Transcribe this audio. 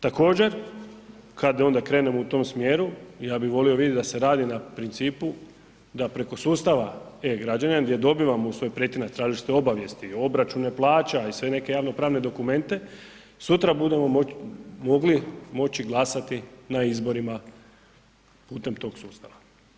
Također, kad onda krenemo u tom smjeru, ja bi volio vidjet da se radi na principu da preko sustava E-građanin gdje dobivamo u svoj pretinac tražiti obavijesti, obračune plaća i sve neke javnopravne dokumente, sutra budemo mogli moći glasati na izborima putem tog sustava.